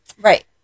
Right